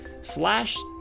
slash